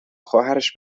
خواهرش